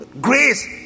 Grace